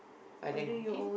ah then cooking